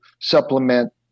supplement